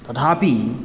तथापि